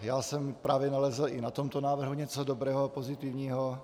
Já jsem právě nalezl i na tomto návrhu něco dobrého a pozitivního.